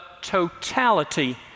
totality